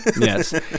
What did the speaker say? yes